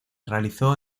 realizó